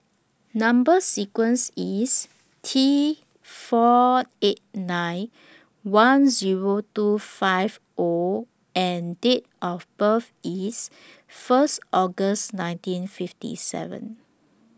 Number sequence IS T four eight nine one Zero two five O and Date of birth IS First August nineteen fifty seven